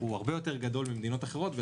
הרבה יותר גדול ממדינות אחרות.